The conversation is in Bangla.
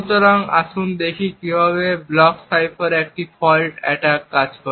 সুতরাং আসুন দেখি কিভাবে একটি ব্লক সাইফারে একটি ফল্ট অ্যাটাক কাজ করে